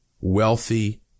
wealthy